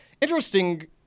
interesting